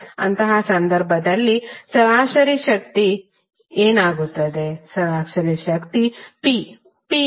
ಅಂತಹ ಸಂದರ್ಭದಲ್ಲಿ ಸರಾಸರಿ ಶಕ್ತಿಗೆ ಏನಾಗುತ್ತದೆ